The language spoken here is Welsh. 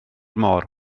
môr